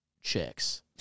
chicks